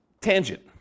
tangent